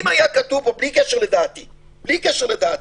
בלי קשר לדעתי,